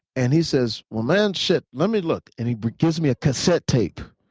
and he says, well, man, shit. let me look. and he gives me a cassette tape.